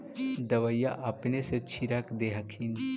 दबइया अपने से छीरक दे हखिन?